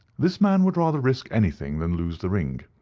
this man would rather risk anything than lose the ring.